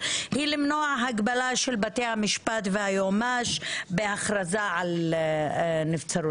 היא למנוע הגבלה של בתי המשפט והיועמ"ש בהכרזה על נבצרות.